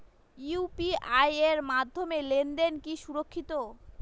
UPI এর মাধ্যমে লেনদেন কি সুরক্ষিত?